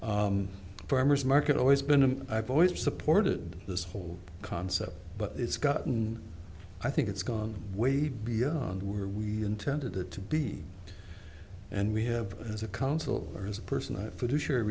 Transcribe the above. farmer's market always been a i've always supported this whole concept but it's gotten i think it's gone way beyond where we intended it to be and we have as a council or as a person i